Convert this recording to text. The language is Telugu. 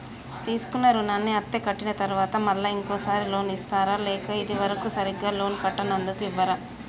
తీసుకున్న రుణాన్ని అత్తే కట్టిన తరువాత మళ్ళా ఇంకో సారి లోన్ ఇస్తారా లేక ఇది వరకు సరిగ్గా లోన్ కట్టనందుకు ఇవ్వరా?